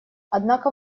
однако